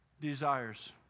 desires